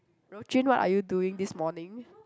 Rou-Jun what are you doing this morning